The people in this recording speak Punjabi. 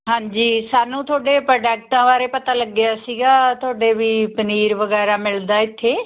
ਹਾਂਜੀ ਸਾਨੂੰ ਤੁਹਾਡੇ ਪ੍ਰੋਡਕਟਾਂ ਬਾਰੇ ਪਤਾ ਲੱਗਿਆ ਸੀਗਾ ਤੁਹਾਡੇ ਵੀ ਪਨੀਰ ਵਗੈਰਾ ਮਿਲਦਾ ਇੱਥੇ